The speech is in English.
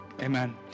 Amen